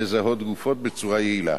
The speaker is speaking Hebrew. לזהות גופות בצורה יעילה.